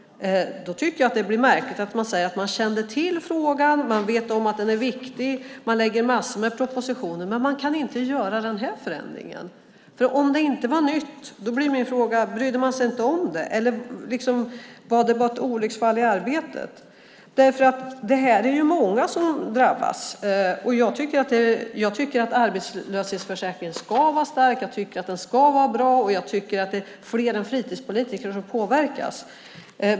Det blir märkligt när han säger att kan kände till frågan, visste om att den var viktig, har lagt fram massor med propositioner, men ändå inte kan göra denna förändring. Om frågan inte är ny undrar jag om man inte bryr sig om eller om det är ett olycksfall i arbetet. Många drabbas. Jag tycker att arbetslöshetsförsäkringen ska vara stark och bra. Det är fler än fritidspolitiker som påverkas.